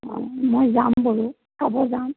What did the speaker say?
মই যাম বোলো যাম